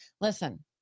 Listen